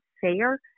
fair